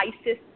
ISIS